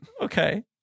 Okay